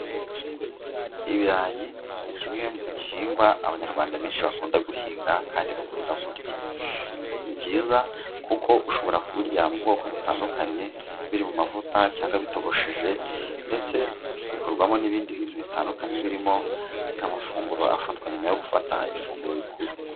Ibirayi ni kimwe mu gihingwa Abanyarwanda benshi bakunda guhinga kandi bakunda kurya. Ni byiza kuko ushobora kubirya mu bwoko butandukanye, biri mu mavuta cyangwa bitogosheje ndetse bikorwamo n'ibindi bintu bitandukanye, birimo nk'amafunguro afatwa nyuma yo gufata ifunguro rikuru.